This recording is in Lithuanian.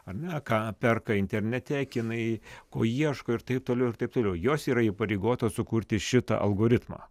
ar ne ką perka internete kinai ko ieško ir taip toliau ir taip toliau jos yra įpareigotos sukurti šitą algoritmą